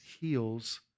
heals